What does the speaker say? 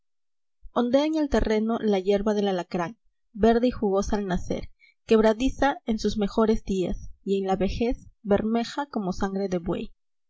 ondea en el terreno la hierba del alacrán verde y jugosa al nacer quebradiza en sus mejores días y en la vejez bermeja como sangre de buey